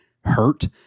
hurt